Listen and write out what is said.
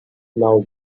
now